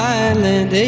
island